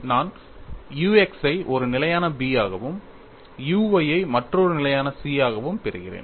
நான் u x ஐ ஒரு நிலையான B ஆகவும் u y ஐ மற்றொரு நிலையான C ஆகவும் பெறுகிறேன்